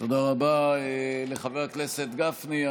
תודה רבה לחבר הכנסת גפני.